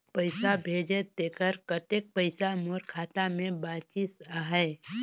पइसा भेजे तेकर कतेक पइसा मोर खाता मे बाचिस आहाय?